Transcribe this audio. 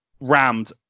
rammed